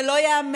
זה לא ייאמן,